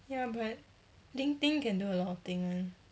ya but linkedin can do a lot of thing [one]